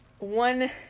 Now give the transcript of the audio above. One